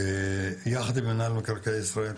יחד עם מינהל מקרקעי ישראל,